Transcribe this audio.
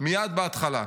מייד בהתחלה.